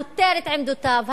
הסותר את עמדותיו,